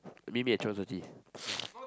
meet me at twelve thirty